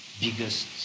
biggest